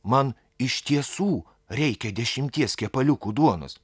man iš tiesų reikia dešimties kepaliukų duonos